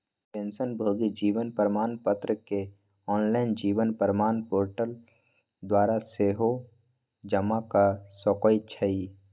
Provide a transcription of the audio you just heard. पेंशनभोगी जीवन प्रमाण पत्र के ऑनलाइन जीवन प्रमाण पोर्टल द्वारा सेहो जमा कऽ सकै छइ